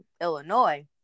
Illinois